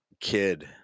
kid